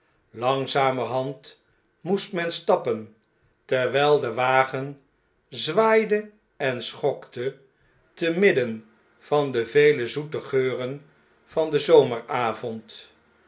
langzamerhand moestmen stappen terwyl de wagen zwaaide en schokte te midden van de vele zoete geuren van den